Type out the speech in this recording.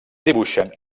dibuixen